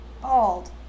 bald